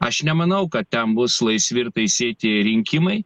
aš nemanau kad ten bus laisvi ir teisėti rinkimai